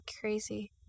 crazy